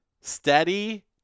steady